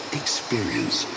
experience